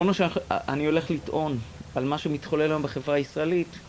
כל מה שאני הולך לטעון על מה שמתחולל היום בחברה הישראלית